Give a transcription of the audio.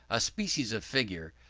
a species of figure,